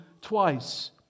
twice